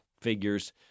figures